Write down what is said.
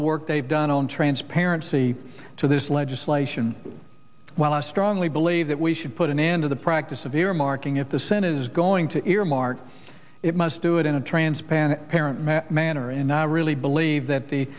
the work they've done on transparency to this legislation while i strongly believe that we should put an end to the practice of earmarking if the senate is going to earmark it must do it in a trance band parent manner and i really believe that the